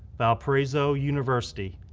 valparaiso university,